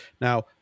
Now